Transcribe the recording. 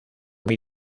muy